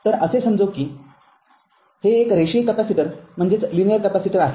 तर असे समजू की हे एक रेषीय कॅपेसिटर आहे